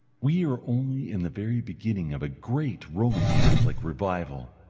we are only in the very beginning of a great roman catholic revival.